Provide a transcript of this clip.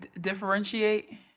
Differentiate